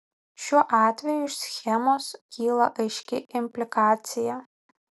šiuo atveju iš schemos kyla aiški implikacija